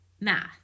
math